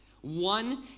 One